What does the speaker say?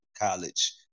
college